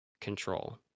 control